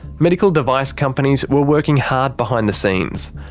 medical device companies were working hard behind the scenes.